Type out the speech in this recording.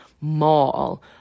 mall